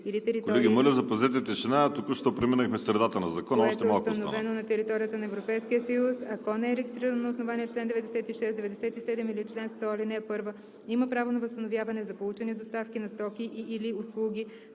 Колеги, моля запазете тишина! Току-що преминахме средата на Закона. Още малко остана.